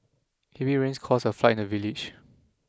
heavy rains caused a flood in the village